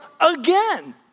again